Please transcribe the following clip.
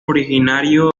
originario